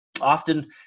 Often